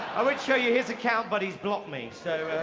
i would show you his account, but he's blocked me, so. oh,